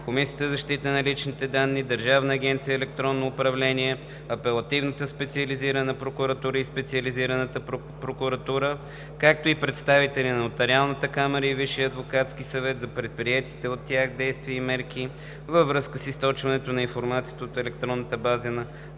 Комисията за защита на личните данни (КЗЛД); Държавната агенция „Електронно управление“ (ДАЕУ); Апелативната специализирана прокуратура и Специализираната прокуратура, както и на представители на Нотариалната камара и Висшия адвокатски съвет за предприетите от тях действия и мерки във връзка с източването на информация от електронната база данни